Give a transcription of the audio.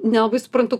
nelabai suprantu